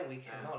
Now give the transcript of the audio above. ah